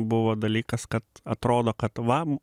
buvo dalykas kad atrodo kad va